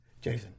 Jason